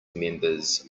members